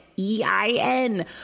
E-I-N